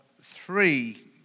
three